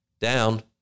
down